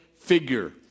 figure